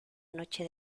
noche